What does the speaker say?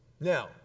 Now